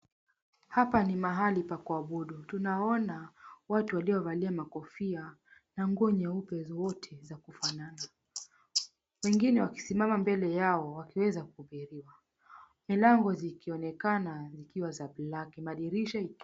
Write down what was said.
Hapa ni mahali pa kuabudu tunaona watu waliovalia makofia na nguo nyeupe zote za kufanana. Wengine wakisimama mbele yao wakiweza kuhubiriwa milango zikionekana zikiwa za black , madirisha...